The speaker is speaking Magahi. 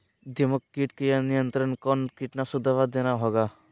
दीमक किट के नियंत्रण कौन कीटनाशक दवा देना होगा?